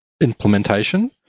implementation